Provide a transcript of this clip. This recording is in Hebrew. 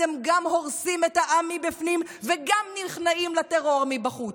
אתם גם הורסים את העם מבפנים וגם נכנעים לטרור מבחוץ.